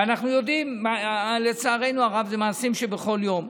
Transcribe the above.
ואנחנו יודעים שלצערנו הרב זה מעשים שבכל יום.